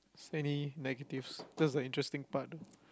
any negatives that's the interesting part though